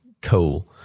cool